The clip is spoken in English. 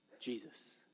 Jesus